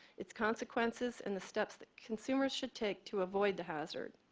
its consequences and the steps that consumers should take to avoid the hazard.